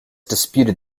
disputed